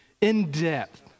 in-depth